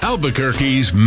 Albuquerque's